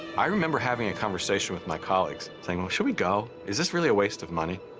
i remember having a conversation with my colleagues saying well, should we go? is this really a waste of money?